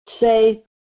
say